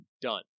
Done